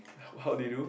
how did you do